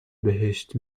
بهشت